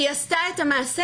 היא עשתה את המעשה